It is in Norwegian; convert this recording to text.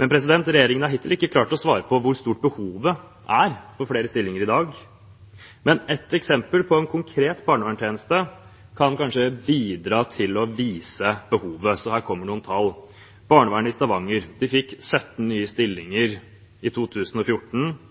men regjeringen har hittil ikke klart å svare på hvor stort behovet er for flere stillinger i dag. Men ett eksempel fra en konkret barnevernstjeneste kan kanskje bidra til å vise behovet, så her kommer noen tall: Barnevernet i Stavanger fikk 17 nye stillinger i 2014.